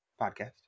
podcast